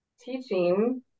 teaching